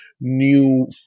new